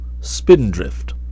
spindrift